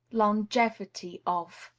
longevity of